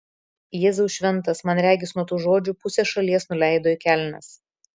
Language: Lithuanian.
jėzau šventas man regis nuo tų žodžių pusė šalies nuleido į kelnes